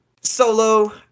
solo